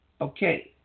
okay